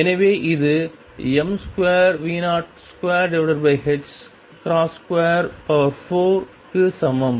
எனவே இது m2V024 க்கு சமம்